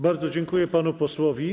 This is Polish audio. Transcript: Bardzo dziękuję panu posłowi.